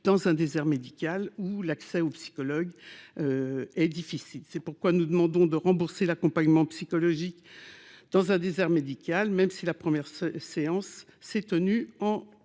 dans un désert médical, où un accès à un psychologue est difficile. C'est pourquoi nous demandons de rembourser l'accompagnement psychologique dans un désert médical, même si la première séance s'est tenue en